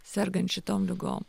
sergant šitom ligom